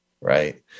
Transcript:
right